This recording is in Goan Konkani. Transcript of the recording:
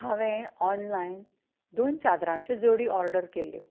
हांवें ऑनलायन दोन चादरांच्यो जोडी ऑर्डर केल्ल्यो